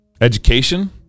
Education